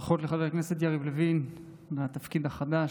ברכות לחבר הכנסת יריב לוין על התפקיד החדש,